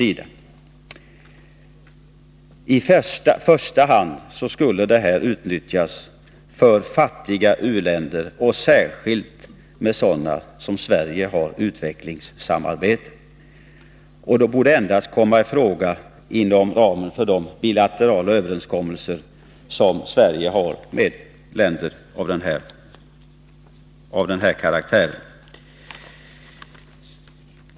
I första hand skulle dessa möjligheter skapas för fattiga u-länder, och särskilt sådana länder som Sverige har utvecklingssamarbete med. Möjligheterna borde endast komma i fråga inom ramen för de bilaterala överenskommelser som Sverige har med länder av den här karaktären.